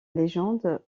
légende